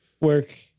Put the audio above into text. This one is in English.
work